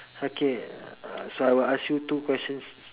okay uh so I will ask you two questions